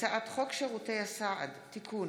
וכלה בהצעת חוק שמספרה פ/1599/23: הצעת חוק שירותי הסעד (תיקון,